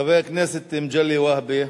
חבר הכנסת מגלי והבה,